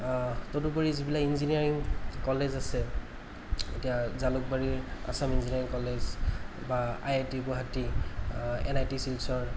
তদুপৰি যিবিলাক engineering college আছে এতিয়া জালুকবাৰীৰ আছাম ইঞ্জিনীয়াৰিং কলেজ বা I I T Guwahati N I T Silchar